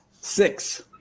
Six